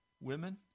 women